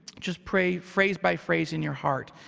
just pray phrase by phrase in your heart,